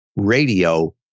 radio